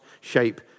shape